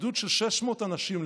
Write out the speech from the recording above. גדוד של 600 אנשים,